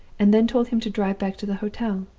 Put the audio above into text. and then told him to drive back to the hotel.